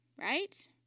right